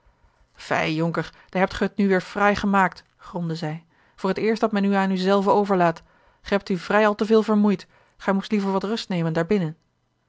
fij jonker daar hebt ge het nu weêr fraai gemaakt gromde zij voor het eerst dat men u aan u zelven overlaat gij hebt u vrij al te veel vermoeid gij moest liever wat rust nemen daar binnen